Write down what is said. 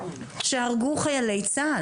שהרגו חיילי צה"ל.